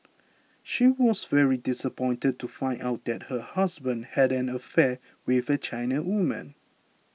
she was very disappointed to find out that her husband had an affair with a China woman